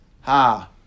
ha